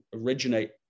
originate